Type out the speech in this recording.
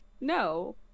no